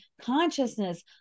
consciousness